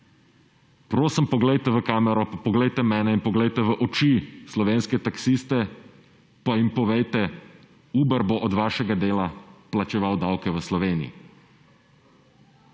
Prosim poglejte v kamero, pa poglejte mene in poglejte v oči slovenske taksiste, pa jim povejte Uber bo od vašega dela plačeval davke v Sloveniji.